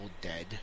dead